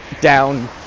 down